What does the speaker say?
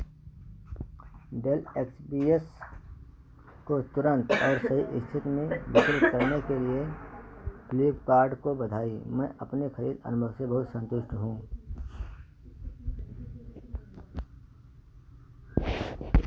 del X P S को तुरंत और सही स्थिति में वितरित करने के लिए फ्लीपकार्ट को बधाई मैं अपने खरीद अनुभव से बहुत संतुष्ट हूँ